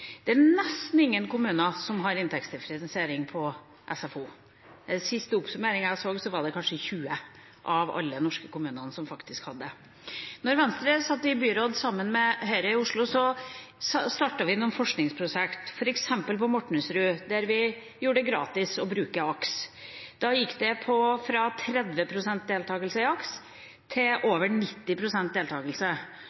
Det er nesten ingen kommuner som har inntektsdifferensiering på SFO. I den siste oppsummeringen jeg så, var det kanskje 20 av alle norske kommuner som hadde det. Da Venstre satt i byråd sammen med Høyre i Oslo, startet vi noen forskningsprosjekt, f.eks. på Mortensrud, der vi gjorde det gratis å bruke AKS. Da gikk det fra 30 pst. deltakelse i AKS til